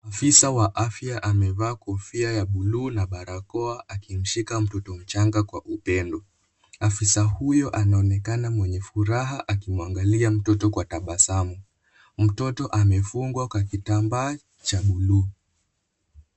Afisa wa afya amevaa kofia ya bluu na barakoa akimshika mtoto mchanga kwa upendo. Afisa huyo anaonekana mwenye furaha akimuangalia mtoto kwa tabasamu. Mtoto amefungwa kwa kitambaa cha bluu.